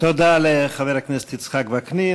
תודה לחבר הכנסת יצחק וקנין.